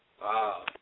Wow